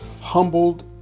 Humbled